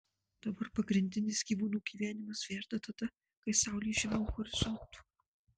dabar pagrindinis gyvūnų gyvenimas verda tada kai saulė žemiau horizonto